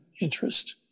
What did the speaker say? interest